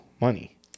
money